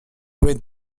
went